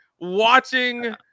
watching